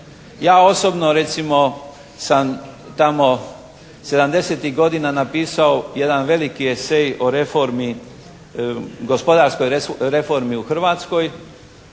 Ja osobno recimo sam tamo sedamdesetih godina napisao jedan veliki esej o reformi, gospodarskoj reformi u Hrvatskoj,